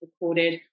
recorded